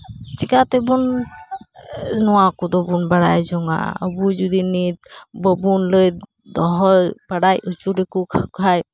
ᱪᱤᱠᱟ ᱛᱮᱵᱚᱱ ᱱᱚᱣᱟ ᱠᱚᱫᱚ ᱵᱚᱱ ᱵᱟᱲᱟᱭ ᱡᱚᱱᱟᱜᱼᱟ ᱟᱵᱚ ᱡᱩᱫᱤ ᱱᱤᱛ ᱵᱟᱵᱚᱱ ᱞᱟᱹᱭ ᱫᱚᱦᱚ ᱵᱟᱲᱟᱭ ᱦᱚᱪᱚ ᱞᱮᱠᱚ ᱠᱷᱟᱱ